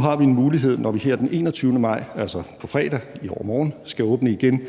har vi nu en mulighed, når vi her den 21. maj, altså på fredag, i overmorgen, skal åbne igen.